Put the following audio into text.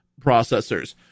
processors